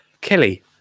Kelly